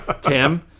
Tim